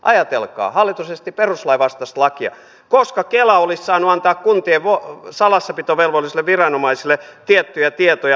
ajatelkaa hallitus esitti perustuslain vastaista lakia koska kela olisi saanut antaa kuntien salassapitovelvollisille viranomaisille tiettyjä tietoja